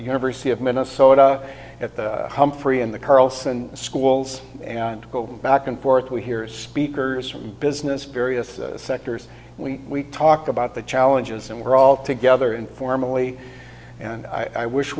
university of minnesota at the humphrey and the carlson schools and go back and forth we hear speakers from business various sectors we talk about the challenges and we're all together informally and i wish